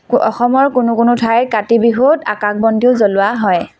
অসমৰ কোনো কোনো ঠাইত কাতি বিহুত আকাশ বন্তিও জ্বলোৱা হয়